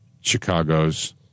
Chicago's